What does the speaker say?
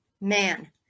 man